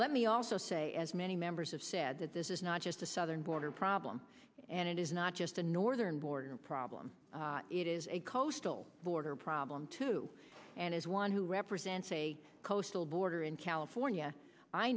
let me also say as many members of said that this is not just the southern border problem and it is not just a northern border problem it is a coastal border problem too and as one who represents a coastal border in california i